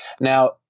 Now